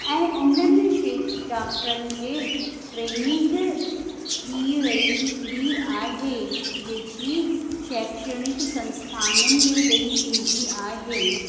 ऐं उन्हनि क्षे डॉक्टरनि खे ट्रेनिंग ॾई वई हूंदी आहे जेकी शैक्षणिक संस्थान में ॾेई वेंदी आहे